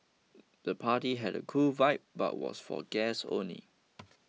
the party had a cool vibe but was for guests only